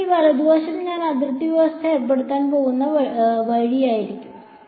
ഇവിടെ ഈ വലതു വശം ഞാൻ അതിർത്തി വ്യവസ്ഥ ഏർപ്പെടുത്താൻ പോകുന്ന വഴിയായിരിക്കും